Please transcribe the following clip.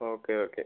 okay okay